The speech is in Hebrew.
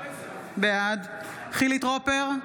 בעד חילי טרופר,